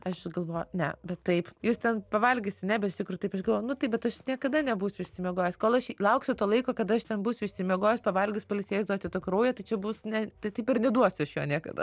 aš galvoju ne bet taip jūs ten pavalgiusi ne bet iš tikrųjų taip aš galvoju nu tai bet aš niekada nebūsiu išsimiegojus kol aš lauksiu to laiko kada aš ten būsiu išsimiegojus pavalgius pailsėjus duoti to kraujo tai čia bus ne tai taip ir neduosiu aš jo niekada